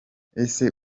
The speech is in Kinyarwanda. ese